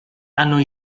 hanno